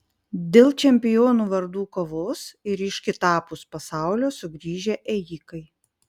dėl čempionų vardų kovos ir iš kitapus pasaulio sugrįžę ėjikai